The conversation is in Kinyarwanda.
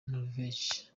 norvege